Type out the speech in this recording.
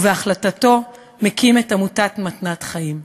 ובהחלטתו הקים את עמותת "מתנת חיים".